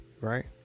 Right